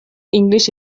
english